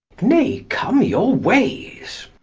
nay, come your ways.